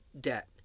debt